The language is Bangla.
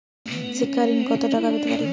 শিক্ষা ঋণ কত টাকা পেতে পারি?